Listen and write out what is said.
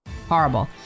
Horrible